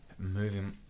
moving